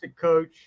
coach